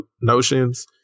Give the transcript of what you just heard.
notions